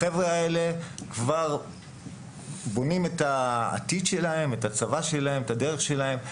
החבר'ה האלה כבר בונים את העתיד שלהם; את הצבא שלהם; את הדרך שלהם.